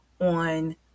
on